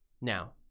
Now